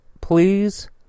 please